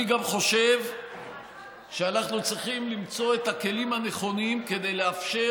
אני גם חושב שאנחנו צריכים למצוא את הכלים הנכונים לאפשר